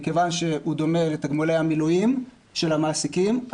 מכיוון שהוא דומה לתגמולי המילואים של המעסיקים,